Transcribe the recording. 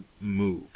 move